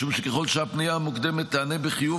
משום שככל שהפניה המוקדמת תיענה בחיוב